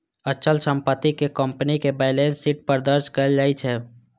अचल संपत्ति कें कंपनीक बैलेंस शीट पर दर्ज कैल जाइ छै